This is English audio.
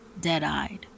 dead-eyed